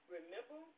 Remember